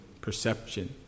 perception